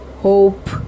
hope